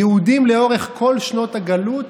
ליהודים לאורך כל שנות הגלות